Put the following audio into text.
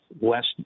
West